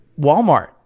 Walmart